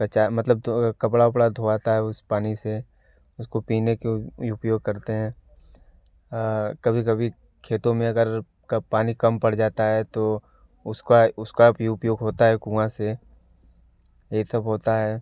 अच्छा मतलब कपड़ा उपड़ा धोआता है उस पानी से उसको पीने के उपयोग करते हैं कभी कभी खेतों में अगर पानी कम पड़ जाता है तो उसका उसका भी उपयोग होता है कुएँ से यह तब होता है